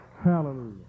Hallelujah